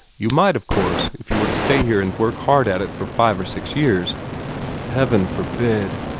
you might, of course, if you were to stay here and work hard at it for five or six years heaven forbid!